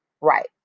Right